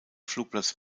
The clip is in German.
flugplatz